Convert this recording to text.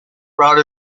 proud